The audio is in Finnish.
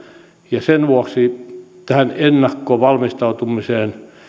ja sen vuoksi tähän ennakkovalmistautumiseen